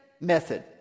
method